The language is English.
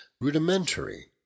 rudimentary